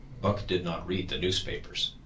buck did not read the newspapers,